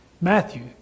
Matthew